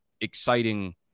exciting